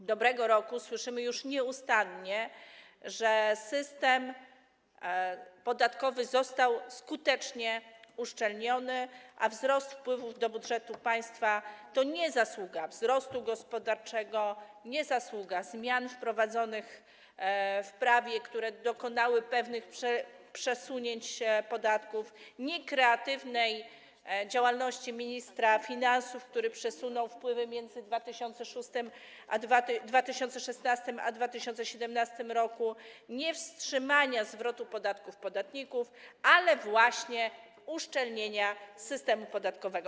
Od dobrego roku słyszymy już nieustannie, że system podatkowy został skutecznie uszczelniony, a wzrost wpływów do budżetu państwa to nie zasługa wzrostu gospodarczego, nie zasługa zmian wprowadzonych w prawie, za pomocą których dokonano pewnych przesunięć podatków, nie kreatywnej działalności ministra finansów, który przesunął wpływy między 2016 a 2017 r., nie wstrzymania zwrotu podatków dla podatników, ale właśnie uszczelnienia systemu podatkowego.